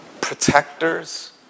protectors